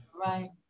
right